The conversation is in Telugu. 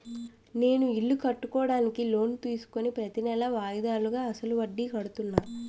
నేను ఇల్లు కట్టుకోడానికి లోన్ తీసుకుని ప్రతీనెలా వాయిదాలుగా అసలు వడ్డీ కడుతున్నాను